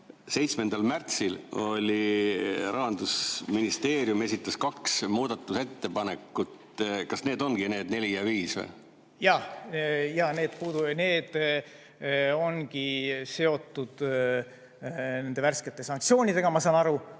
7. märtsil Rahandusministeerium esitas kaks muudatusettepanekut. Kas need ongi need nr 4 ja nr 5? Jaa, need ongi seotud nende värskete sanktsioonidega, ma saan nii